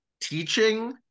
teaching